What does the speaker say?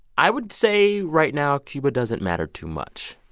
i would say right now cuba doesn't matter too much.